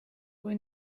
kui